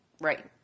Right